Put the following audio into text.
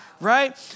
Right